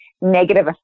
negative